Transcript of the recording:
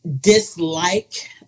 dislike